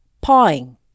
pawing